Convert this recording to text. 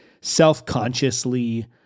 self-consciously